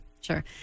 Sure